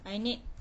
I need